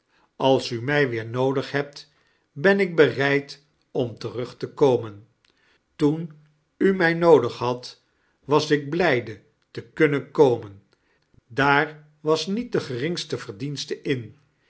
als u mij weer noodig hebt ben ik bereid om terug te komen toen u mij noodig hadt was ik blijde te kunnen komen daar was niet de geringste verdienste in